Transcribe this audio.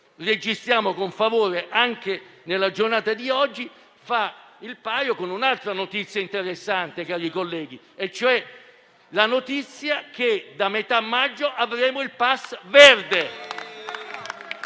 registriamo con favore anche nella giornata di oggi - fa il paio con un'altra notizia interessante, cari colleghi. Mi riferisco al fatto che da metà maggio avremo il pass verde